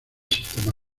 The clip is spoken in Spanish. sistema